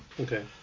Okay